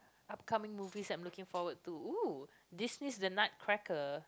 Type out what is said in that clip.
upcoming movie that I looking forward to Disney's the Nutcracker